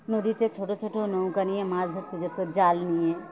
নদীতে ছোট ছোট নৌকা নিয়ে মাছ ধত্তে যেত জাল নিয়ে